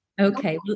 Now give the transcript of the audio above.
Okay